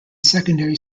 secondary